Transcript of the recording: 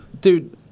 dude